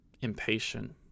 impatient